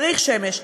צריך שמש.